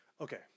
Okay